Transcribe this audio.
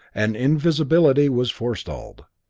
and invisibility was forestalled.